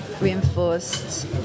reinforced